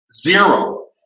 zero